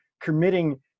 committing